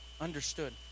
Understood